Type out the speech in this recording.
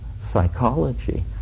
psychology